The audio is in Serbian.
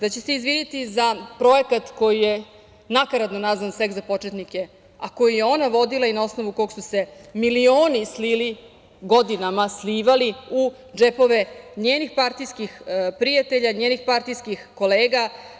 Da će se izviniti za projekat koji je nakaradno nazvan – „Seks za početnike“, a koji je ona vodila i na osnovu koga su se milioni slili, godinama slivali u džepove njenih partijskih prijatelja, njenih partijskih kolega.